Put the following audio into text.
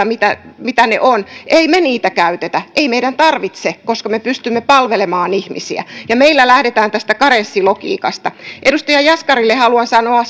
mitä mitä ne karenssit ovat niin ei me niitä käytetä ei meidän tarvitse koska me pystymme palvelemaan ihmisiä ja meillä lähdetään tästä karenssilogiikasta edustaja jaskarille haluan sanoa